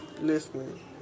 listening